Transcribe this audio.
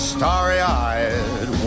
Starry-eyed